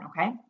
okay